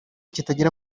kitagira